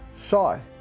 shy